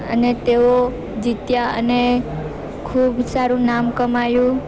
અને તેઓ જીત્યા અને ખૂબ સારું નામ કમાયું